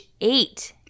eight